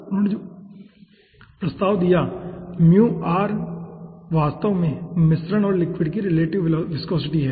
उन्होंने जो प्रस्ताव दिया वास्तव में मिश्रण और लिक्विड की रिलेटिव विस्कोसिटी है